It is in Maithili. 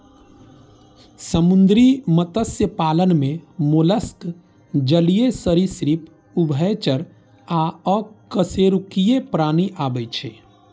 समुद्री मत्स्य पालन मे मोलस्क, जलीय सरिसृप, उभयचर आ अकशेरुकीय प्राणी आबै छै